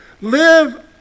Live